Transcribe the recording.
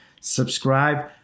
subscribe